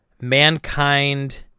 mankind